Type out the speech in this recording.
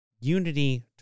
Unity